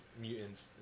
mutants